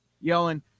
yelling